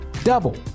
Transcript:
Double